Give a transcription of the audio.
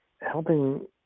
helping